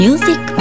Music